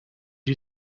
you